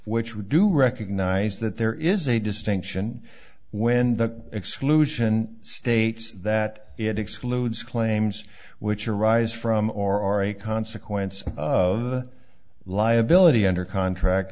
which we do recognize that there is a distinction when the exclusion states that it excludes claims which arise from or are a consequence of the liability under contract